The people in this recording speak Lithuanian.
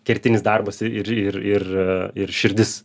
kertinis darbas ir ir ir ir širdis